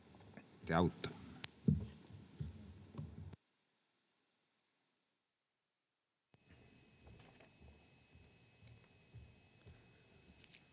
Kiitos.